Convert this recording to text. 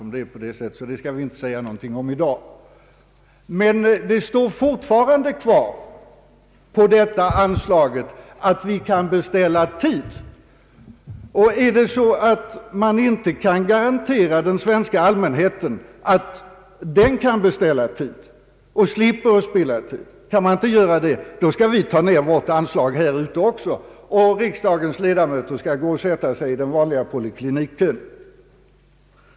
Men det skall vi inte säga något om i dag. Det står emellertid fortfarande angivet på detta anslag att vi kan beställa tid, och om det förhåller sig så att man inte kan garantera den svenska allmänheten att den får beställa tid och slipper spilla timmar på väntan, då skall vi också ta ned vårt anslag, så att riksdagens ledamöter får gå och sätta sig i den vanliga poliklinikkön.